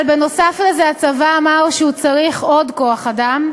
אבל בנוסף לזה הצבא אמר שהוא צריך עוד כוח-אדם.